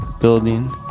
building